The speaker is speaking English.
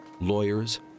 lawyers